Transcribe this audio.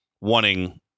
wanting